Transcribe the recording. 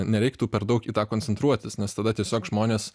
nereiktų per daug į tą koncentruotis nes tada tiesiog žmonės